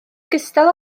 ogystal